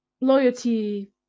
Loyalty